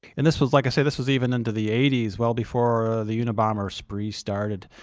and this was, like i say, this was even into the eighty s, well before the unabomber spree started.